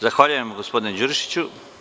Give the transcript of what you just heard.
Zahvaljujem, gospodine Đurišiću.